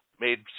made